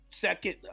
second